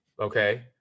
Okay